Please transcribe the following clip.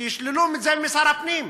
שישללו את זה משר הפנים.